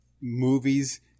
movies